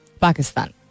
Pakistan